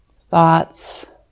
Thoughts